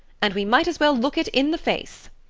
and we might as well look it in the face.